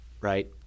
Right